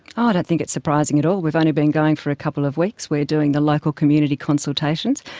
ah don't think it's surprising at all, we've only been going for a couple of weeks, we're doing the local community consultations,